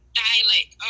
dialect